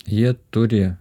jie turi